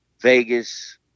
vegas